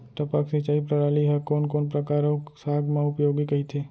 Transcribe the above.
टपक सिंचाई प्रणाली ह कोन कोन फसल अऊ साग म उपयोगी कहिथे?